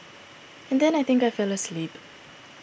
and then I think I fell asleep